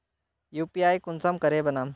UPI कुंसम करे बनाम?